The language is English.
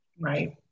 Right